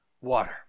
water